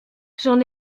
j’en